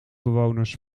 bewoners